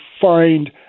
find